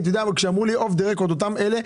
הפקידים אמרו לי אוף דה רקורד: תשמע,